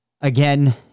Again